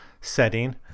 setting